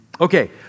Okay